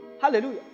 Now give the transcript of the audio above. Hallelujah